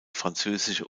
französische